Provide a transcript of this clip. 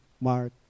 Mark